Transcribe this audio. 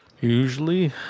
Usually